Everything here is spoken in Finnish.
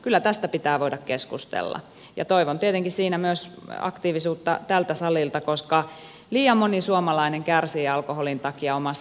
kyllä tästä pitää voida keskustella ja toivon tietenkin siinä myös aktiivisuutta tältä salilta koska liian moni suomalainen kärsii alkoholin takia omassa perheessään